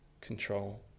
control